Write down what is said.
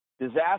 Disaster